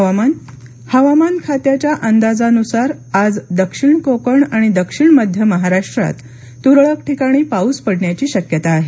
हवामान हवामान खात्याच्या अंदाजानुसार आज दक्षिण कोकण आणि दक्षिण मध्य महाराष्ट्रात तुरळक ठिकाणी पाउस पडण्याची शक्यता आहे